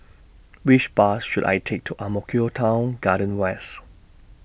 Which Bus should I Take to Ang Mo Kio Town Garden West